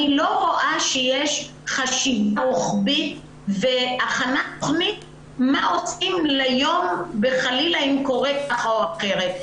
אני לא רואה שיש חשיבה רוחבית והכנת תכנית ליום שחלילה קורה כך או אחרת.